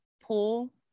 pull